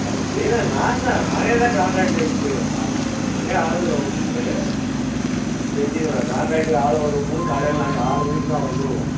செய்வேன் நான் தான் நானே தான் கான்ட்ராக்ட் எடுத்து செய்வேன் ஆ நானே ஆளுங்களை விட்டுவிட்டு செஞ்சிவிடுவேன் கான்ட்ராக்ட்க்கு ஆளை விடும்போது காலையில் நாங்கள் ஆறு மணிக்கு எல்லாம் வந்துருவோம்